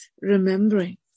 remembering